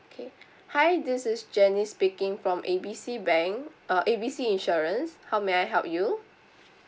okay hi this is janice speaking from A B C bank uh A B C insurance how may I help you